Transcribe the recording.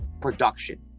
production